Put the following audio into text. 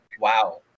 wow